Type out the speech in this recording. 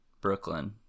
Brooklyn